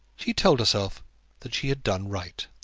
she told herself that she had done right.